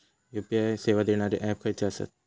UPI सेवा देणारे app खयचे आसत?